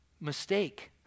Mistake